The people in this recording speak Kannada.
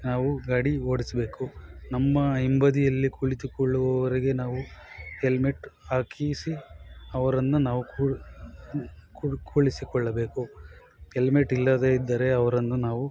ನಾವು ಗಾಡಿ ಓಡಿಸಬೇಕು ನಮ್ಮ ಹಿಂಬದಿಯಲ್ಲಿ ಕುಳಿತುಕೊಳ್ಳುವವರಿಗೆ ನಾವು ಎಲ್ಮೇಟ್ ಹಾಕಿಸಿ ಅವರನ್ನು ನಾವು ಕುಳ್ ಕುಳ್ ಕುಳ್ಳಿಸಿಕೊಳ್ಳಬೇಕು ಎಲ್ಮೇಟ್ ಇಲ್ಲದೇ ಇದ್ದರೆ ಅವರನ್ನು ನಾವು